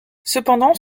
cependant